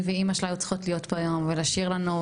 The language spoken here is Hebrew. היא ואימא היו צריכות להיות פה היום ולשיר לנו,